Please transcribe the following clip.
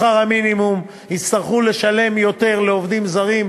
שכר המינימום יצטרכו לשלם יותר לעובדים זרים.